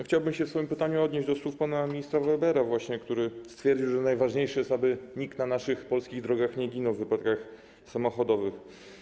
Chciałbym się w swoim pytaniu odnieść do słów pana ministra Webera, który stwierdził, że najważniejsze jest to, aby nikt na naszych polskich drogach nie ginął w wypadkach samochodowych.